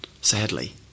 sadly